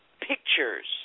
pictures